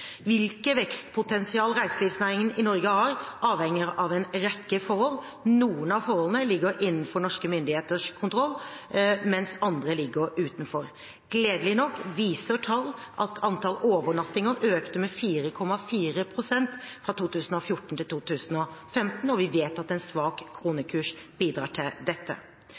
vekstpotensial reiselivsnæringen i Norge har, avhenger av en rekke forhold. Noen av forholdene ligger innenfor norske myndigheters kontroll, mens andre ligger utenfor. Gledelig nok viser tall at antall overnattinger økte med 4,4 pst. fra 2014 til 2015, og vi vet at en svak kronekurs bidrar til dette.